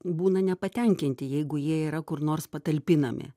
būna nepatenkinti jeigu jie yra kur nors patalpinami